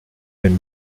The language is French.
aimes